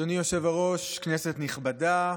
אדוני היושב-ראש, כנסת נכבדה,